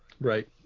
right